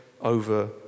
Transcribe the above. over